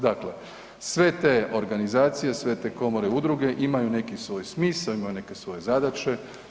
Dakle, sve te organizacije, sve te komore, udruge, imaju neki svoj smisao, imaju neke svoje zadaće.